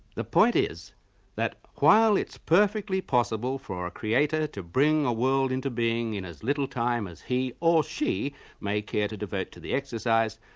the point is that, while it's perfectly possible for a creator to bring a world into being in as little time as he or she may care to devote to the exercise,